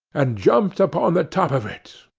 and jumped upon the top of it,